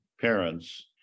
parents